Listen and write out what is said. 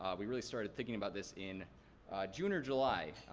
um we really started thinking about this in june or july.